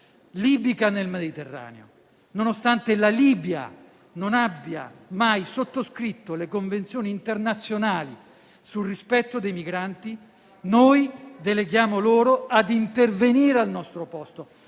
libica nel Mediterraneo. Nonostante la Libia non abbia mai sottoscritto le convenzioni internazionali sul rispetto dei migranti, noi deleghiamo loro a intervenire al nostro posto,